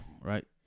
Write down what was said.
right